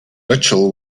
mitchell